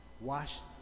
washed